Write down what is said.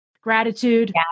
Gratitude